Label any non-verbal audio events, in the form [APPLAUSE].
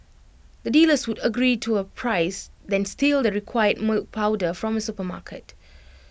the dealers would agree to A price then steal [NOISE] the required milk powder from A supermarket [NOISE]